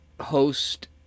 host